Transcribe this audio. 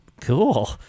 Cool